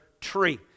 tree